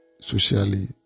socially